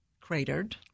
cratered